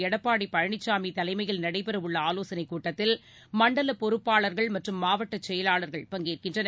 எடப்பாடி பழனிசாமி தலைமையில் நடைபெறவுள்ள ஆலோசனைக் கூட்டத்தில் மண்டல பொறுப்பாளர்கள் மற்றும் மாவட்டச் செயலாளர்கள் பங்கேற்கின்றனர்